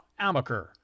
Amaker